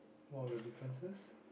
one of the differences